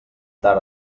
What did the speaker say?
tard